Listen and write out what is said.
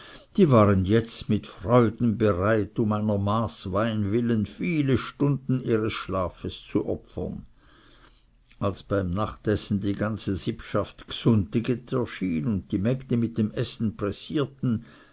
die waren jetzt mit freuden bereit um einer man wein willen viele stunden ihres schlafes zu opfern als beim nachtessen die ganze sippschaft gsunntiget erschien und die mägde mit dem essen pressierten